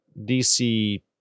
DC